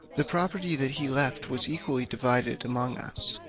the property that he left was equally divided among us,